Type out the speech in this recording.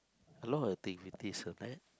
a lot of activities